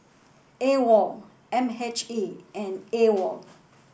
AWOL M H E and AWOL